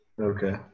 okay